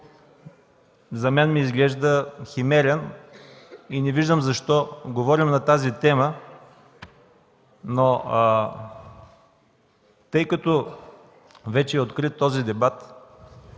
на мен ми изглежда химерен и не виждам защо говорим на тази тема. Но тъй като вече този дебат